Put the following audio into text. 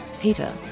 Peter